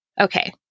Okay